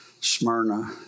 Smyrna